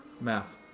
Math